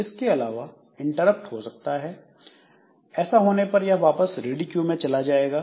इसके अलावा इंटरप्ट हो सकता है ऐसा होने पर यह वापस रेडी क्यू में चला जाएगा